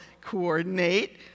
coordinate